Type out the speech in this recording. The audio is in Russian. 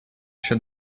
еще